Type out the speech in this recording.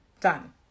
Done